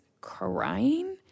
crying